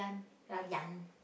!Rayyan!